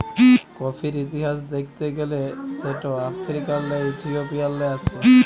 কফির ইতিহাস দ্যাখতে গ্যালে সেট আফ্রিকাল্লে ইথিওপিয়াল্লে আস্যে